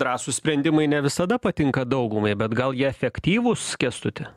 drąsūs sprendimai ne visada patinka daugumai bet gal jie efektyvūs kęstuti